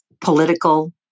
political